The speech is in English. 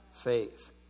faith